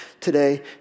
today